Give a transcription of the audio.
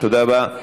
גברתי השרה,